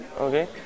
Okay